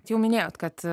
jau minėjot kad